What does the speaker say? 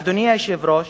אדוני היושב-ראש,